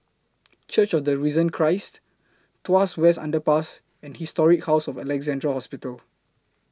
Church of The Risen Christ Tuas West Underpass and Historic House of Alexandra Hospital